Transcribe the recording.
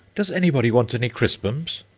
does anybody want any crispums?